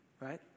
right